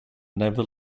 never